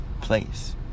place